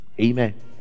Amen